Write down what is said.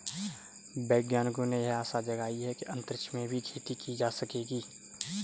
वैज्ञानिकों ने यह आशा जगाई है कि अंतरिक्ष में भी खेती की जा सकेगी